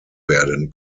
werden